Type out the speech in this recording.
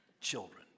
children